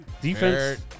defense